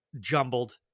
jumbled